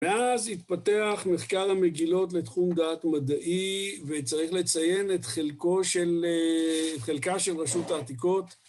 מאז התפתח מחקר המגילות לתחום דעת מדעי, וצריך לציין את חלקה של רשות העתיקות.